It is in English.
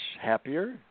happier